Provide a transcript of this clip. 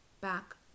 back